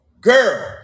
girl